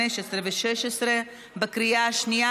15 ו-16 בקריאה השנייה,